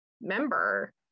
member